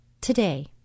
today